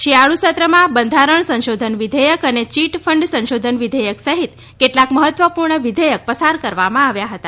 શિયાળુ સત્રમાં બંધારણ સંશોધન વિઘેયક અને ચીટ ફંડ સંશોધન વિઘેયક સહિત કેટલાક મહત્વપૂર્ણ વિધેયક પસાર કરવામાં આવ્યા હતા